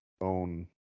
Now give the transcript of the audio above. own